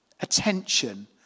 attention